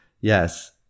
Yes